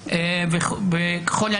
קיים חוק שבו מי